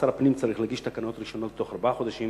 שר הפנים צריך להגיש תקנות ראשונות תוך ארבעה חודשים